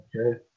Okay